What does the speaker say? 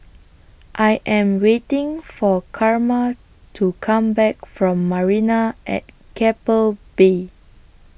I Am waiting For Carma to Come Back from Marina At Keppel Bay